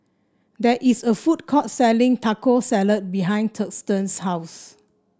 there is a food court selling Taco Salad behind Thurston's house